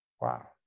Wow